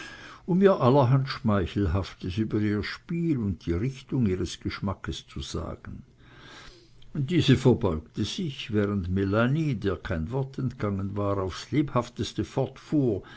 um ihr allerhand schmeichelhaftes über ihr spiel und die richtung ihres geschmackes zu sagen diese verbeugte sich während melanie der kein wort entgangen war aufs lebhafteste fortfuhr